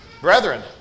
Brethren